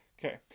Okay